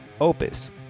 opus